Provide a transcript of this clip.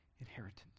inheritance